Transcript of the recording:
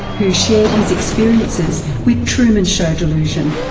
who shared his experiences with truman show delusion.